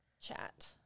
chat